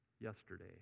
yesterday